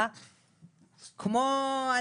אז